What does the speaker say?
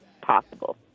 possible